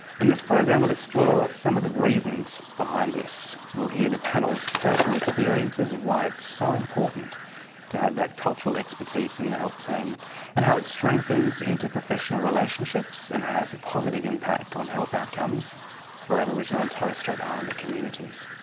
and this program, we'll explore some of the reasons behind this. we will hear the panel's personal experiences of why it is so important to have that cultural expertise in the health team and how it strengthens interprofessional relationships and has a positive impact on health outcomes for aboriginal and torres strait islander communities.